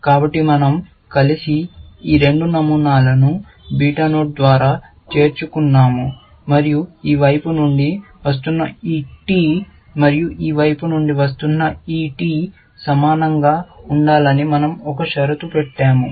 కాబట్టి మన০ కలిసి ఈ రెండు నమూనాలను బీటా నోడ్ ద్వారా చేర్చుకున్నాము మరియు ఈ వైపు నుండి వస్తున్న ఈ t మరియు ఈ వైపు నుండి వస్తున్న ఈ t సమానంగా ఉండాలని మన০ ఒక షరతు పెట్టాము